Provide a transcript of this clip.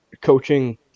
coaching